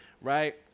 right